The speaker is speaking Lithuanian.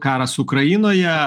karas ukrainoje